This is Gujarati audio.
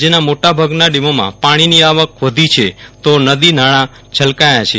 રાજ્યના મોટાભાગના ડેમોમાં પાણીની આવક વધી છે તો નદી નાળા છલકાયા છે